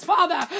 Father